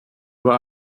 bei